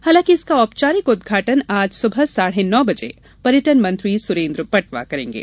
हालांकि इसका औपचारिक उदघाटन आज सुबह साढ़े नौ बजे पर्यटन मंत्री सुरेन्द्र पटवा करेंगे